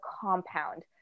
compound